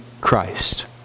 Christ